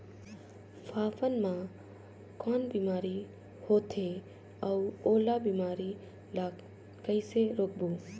फाफण मा कौन बीमारी होथे अउ ओला बीमारी ला कइसे रोकबो?